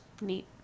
Neat